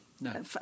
No